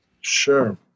sure